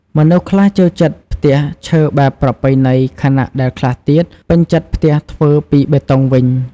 មនុស្សខ្លះចូលចិត្តផ្ទះឈើបែបប្រពៃណីខណៈដែលខ្លះទៀត ពេញចិត្តផ្ទះធ្វើពីបេតុងវិញ។